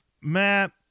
Matt